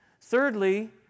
thirdly